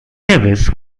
davis